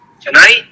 tonight